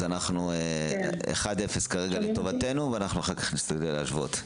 אז זה אחד אפס כרגע לטובתנו ואנחנו אחר כך נשתדל להשוות.